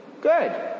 Good